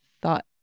thought